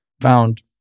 Found